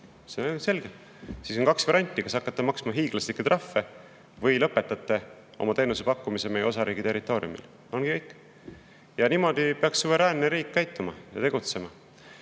Selge, siis on kaks varianti: kas hakkate maksma hiiglaslikke trahve või lõpetate teenuse pakkumise meie osa riigi territooriumil. Ongi kõik. Niimoodi peaks suveräänne riik käituma ja tegutsema. Euroopa